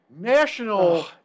National